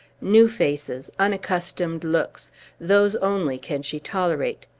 new faces unaccustomed looks those only can she tolerate.